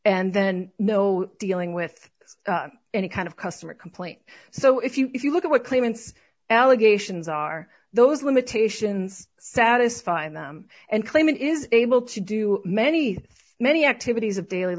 and then no dealing with any kind of customer complaint so if you if you look at what claimants allegations are those limitations satisfy them and claim it is able to do many family activities of daily